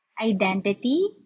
identity